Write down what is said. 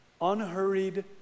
unhurried